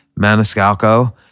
Maniscalco